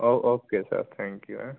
O okay sir thank you ਹੈਂ